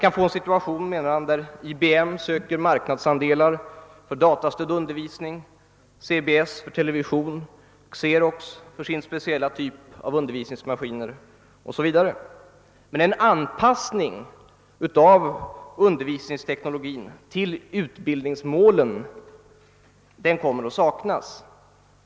Man får en situation, menar Harrington, där IBM söker marknadsandelar för datastyrd undervisning, CBS för television, Xerox för sin speciella typ av undervisningsmaskiner o.s.v. Men en anpassning av undervisningsteknologin till utbildningsmålen kommer att saknas.